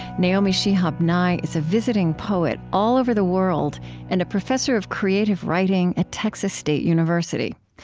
naomi shihab nye is a visiting poet all over the world and a professor of creative writing at texas state university.